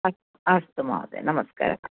अस्तु अस्तु महोदये नमस्कारः